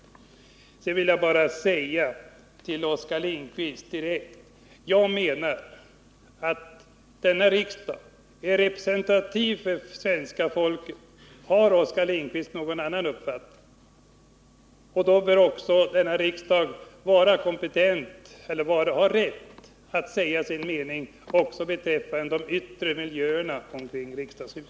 Sedan vill jag bara säga direkt till Oskar Lindkvist: Jag menar att denna riksdag är representativ för svenska folket. Har Oskar Lindkvist någon annan uppfattning? Denna riksdag bör då ha rätt att säga sin mening också beträffande den yttre miljön kring riksdagshuset.